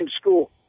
school